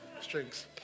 strings